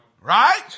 Right